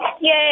Yay